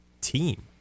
team